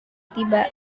tiba